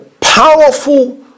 Powerful